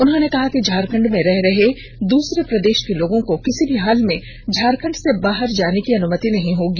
उन्होंने कहा कि झारखंड में रह रहे दूसरे प्रदेष के लोगों को किसी भी हाल में झारखंड से बाहर जाने की अनुमति नहीं होगी